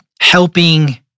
helping